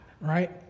right